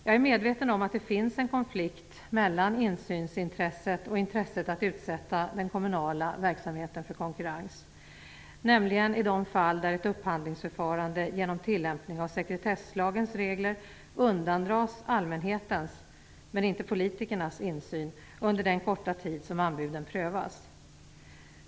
Jag är medveten om att det finns en konflikt mellan insynsintresset och intresset att utsätta den kommunala verksamheten för konkurrens, nämligen i de fall där ett upphandlingsförfarande genom tillämpning av sekretesslagens regler undandras allmänhetens, men inte politikernas, insyn under den korta tid som anbuden prövas.